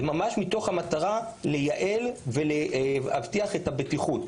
זה ממש מתוך המטרה לייעל ולהבטיח את הבטיחות.